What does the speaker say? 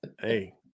Hey